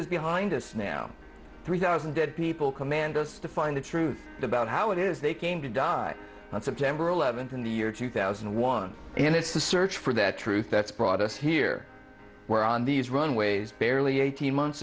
is behind us now three thousand dead people commandoes to find the truth about how it is they came to die on september eleventh in the year two thousand and one and it's the search for that truth that's brought us here where on these runways barely eighteen months